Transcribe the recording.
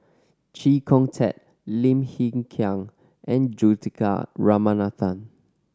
Chee Kong Tet Lim Hng Kiang and Juthika Ramanathan